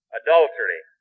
adultery